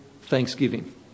thanksgiving